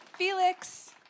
Felix